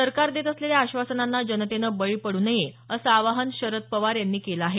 सरकार देत असलेल्या आश्वासनांना जनतेनं बळी पडू नये असं आवाहन शरद पवार यांनी केलं आहे